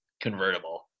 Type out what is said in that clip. convertible